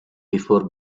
before